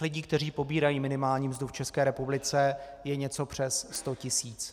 Lidí, kteří pobírají minimální mzdu v České republice, je něco přes sto tisíc.